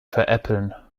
veräppeln